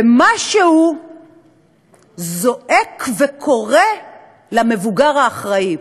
ומשהו זועק וקורא למבוגר האחראי.